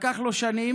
זה לקח לו שנים,